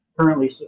Currently